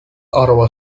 ottawa